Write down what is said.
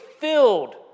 filled